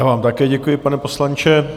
Já vám také děkuji, pane poslanče.